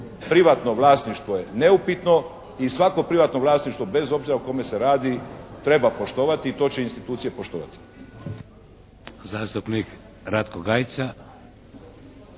privatno vlasništvo je neupitno i svako privatno vlasništvo bez obzira o kome se radi treba poštovati i to će institucije poštovati.